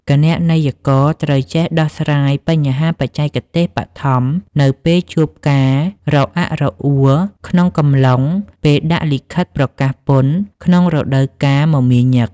គណនេយ្យករត្រូវចេះដោះស្រាយបញ្ហាបច្ចេកទេសបឋម នៅពេលជួបការរអាក់រអួលក្នុងកំឡុងពេលដាក់លិខិតប្រកាសពន្ធក្នុងរដូវកាលមមាញឹក។